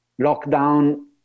Lockdown